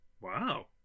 Wow